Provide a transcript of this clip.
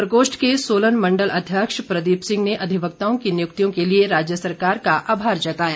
प्रकोष्ठ के सोलन मण्डल अध्यक्ष प्रदीप सिंह ने अधिवक्ताओं की नियुक्तियों के लिए राज्य सरकार का आभार जताया